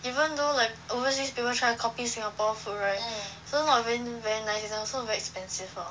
even though like overseas people try to copy singapore food right also not really very nice [one] also very expensive lor